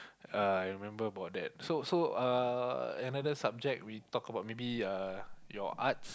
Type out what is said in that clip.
uh I remember about that so so uh another subject we talk about maybe uh your arts